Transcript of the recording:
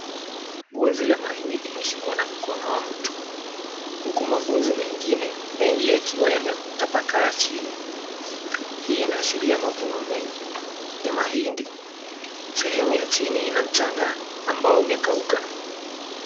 Gunzi la mahindi limeshikwa na mkono wa mtu, huku magunzi mengine mengi yakiwa yametapakaa chini. Hii inaashiria mavuno mengi ya mahindi. Sehemu ya chini ina mchanga uliokauka.